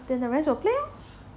then the rest will play lor